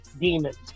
demons